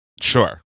Sure